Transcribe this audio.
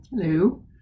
Hello